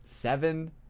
Seven